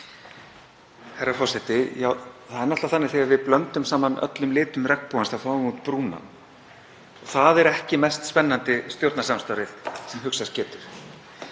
Herra forseti. Það er náttúrlega þannig þegar við blöndum saman öllum litum regnbogans þá fáum við brúnan. Það er ekki mest spennandi stjórnarsamstarfið sem hugsast getur.